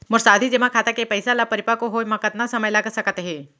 मोर सावधि जेमा खाता के पइसा ल परिपक्व होये म कतना समय लग सकत हे?